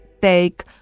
take